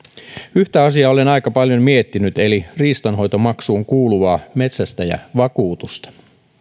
yhtä asiaa olen aika paljon miettinyt eli riistanhoitomaksuun kuuluvaa metsästäjävakuutusta